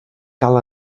cal